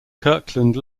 kirkland